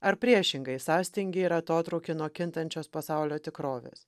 ar priešingai sąstingį ir atotrūkį nuo kintančios pasaulio tikrovės